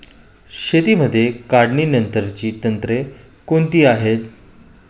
शेतीमध्ये काढणीनंतरची तंत्रे कोणती आहेत?